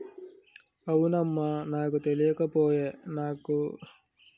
అవునమ్మా నాకు తెలియక పోయే నాను క్రెడిట్ కార్డుతో బ్యాంకుకెళ్లి పైసలు తీసేసరికి పెనాల్టీ పడింది